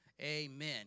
Amen